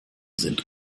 sind